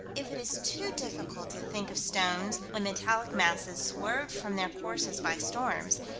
if it is too difficult to think of stones and metallic masses swerved from their courses by storms,